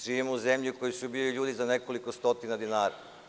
Živimo u zemlji u kojoj se ubijaju ljudi za nekoliko stotina dinara.